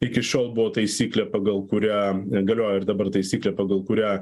iki šiol buvo taisyklė pagal kurią galioja ir dabar taisyklė pagal kurią